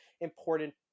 important